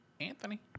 Anthony